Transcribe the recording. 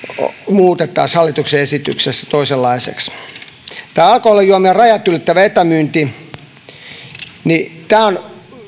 muutettaisiin hallituksen esityksessä toisenlaiseksi tämä alkoholijuomien rajat ylittävä etämyynti on